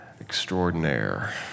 extraordinaire